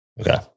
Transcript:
Okay